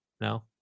No